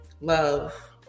Love